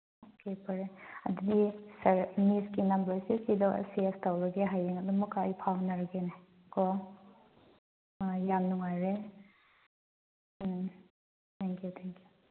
okay ꯐꯔꯦ ꯑꯗꯨꯗꯤ sir ꯅꯤꯠꯀꯤ ꯅꯝꯕꯔꯁꯦ ꯁꯤꯗ ꯁꯦꯞ ꯇꯧꯔꯒꯦ ꯍꯌꯦꯡ ꯑꯗꯨꯃꯛꯀ ꯑꯩ ꯐꯥꯎꯅꯔꯒꯦꯅꯦ ꯀꯣ ꯑꯥ ꯌꯥꯝ ꯅꯨꯡꯉꯥꯏꯔꯦ um thank you thank U